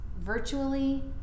Virtually